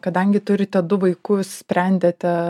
kadangi turite du vaikus sprendėte